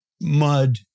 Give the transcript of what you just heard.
mud